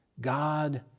God